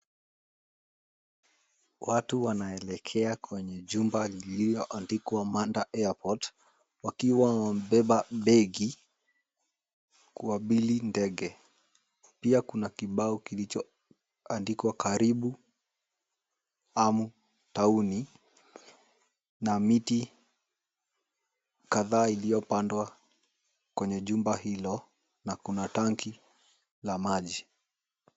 Watu wanaelekea kwenye jumba liliyoandikwa Manda Airport, wakiwa wamebeba begi kuabiri ndege. Pia kuna kibao kilichoandikwa, Karibu Amu Tamu na miti kadhaa iliyopandwa kwenye jumba hilo na kuna tangi la maji.